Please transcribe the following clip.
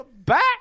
back